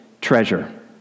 treasure